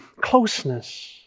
closeness